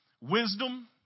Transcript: wisdom